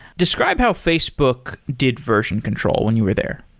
describe how facebook did version control when you were there.